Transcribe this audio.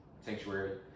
sanctuary